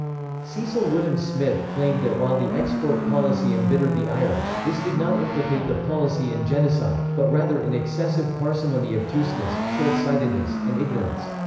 cecil woodham-smith claimed that while the export policy embittered the irish, this did not implicate the policy in genocide, but rather in excessive parsimony obtuseness, short-sightedness, and ignorance.